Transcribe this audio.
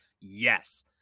yes